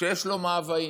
שיש לו מאוויים,